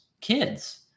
kids